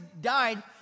died